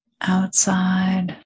outside